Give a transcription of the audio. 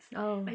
oh